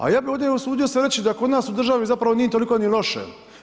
A ja bih ovdje usudio se reći da kod nas u državi zapravo nije toliko ni loše.